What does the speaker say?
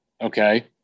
Okay